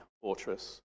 fortress